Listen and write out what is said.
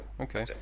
okay